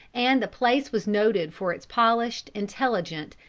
and the place was noted for its polished, intelligent,